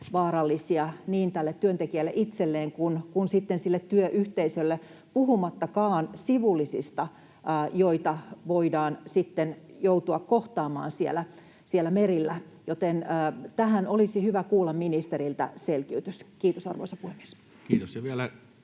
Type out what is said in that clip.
vaarallisia niin tälle työntekijälle itselleen kuin sitten sille työyhteisölle puhumattakaan sivullisista, joita voidaan sitten joutua kohtaamaan siellä merillä. Joten tähän olisi hyvä kuulla ministeriltä selkiytys. — Kiitos, arvoisa puhemies. Kiitos.